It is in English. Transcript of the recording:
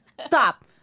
Stop